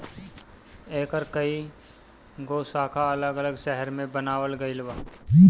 एकर कई गो शाखा अलग अलग शहर में बनावल गईल बा